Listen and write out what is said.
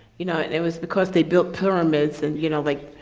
you know, and it was because they built pyramids and you know, like,